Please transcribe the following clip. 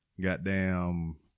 goddamn